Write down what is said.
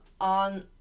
on